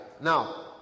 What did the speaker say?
now